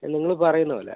നിങ്ങള് പറയുന്നത് പോലെ